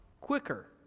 quicker